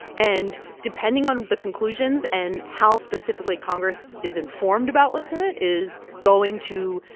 and depending on the conclusions and how specifically congress is informed about what's in it is going to,